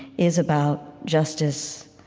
is about justice,